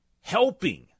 helping